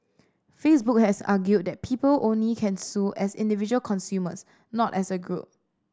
Facebook has argued that people only can sue as individual consumers not as a group